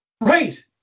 Right